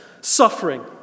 suffering